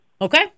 Okay